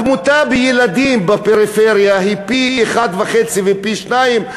תמותת ילדים בפריפריה היא פי-1.5 ופי-שניים,